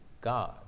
God